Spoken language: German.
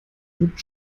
wird